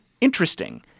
interesting